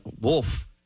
wolf